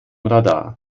radar